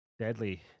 deadly